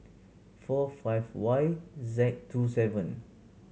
four five Y Z two seven